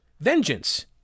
Vengeance